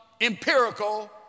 empirical